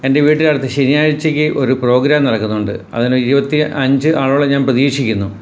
എൻ്റെ വീട്ടിനടുത്ത് ശനിയാഴ്ച്ചയ്ക്ക് ഒരു പ്രോഗ്രാം നടക്കുന്നുണ്ട് അതിന് ഇരുപത്തി അഞ്ച് ആളോളം ഞാൻ പ്രതീക്ഷിക്കുന്നു